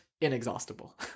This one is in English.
inexhaustible